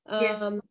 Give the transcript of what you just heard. Yes